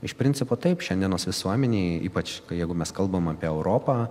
iš principo taip šiandienos visuomenėj ypač jeigu mes kalbam apie europą